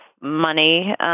money